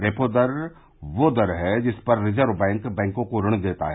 repo rate वह दर है जिस पर रिजर्व बैंक बैंकों को ऋण देता है